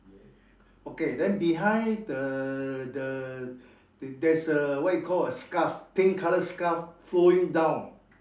okay then behind the the there's a what you call a scarf pink color scarf flowing down